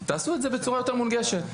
תעשו את זה בצורה יותר מונגשת.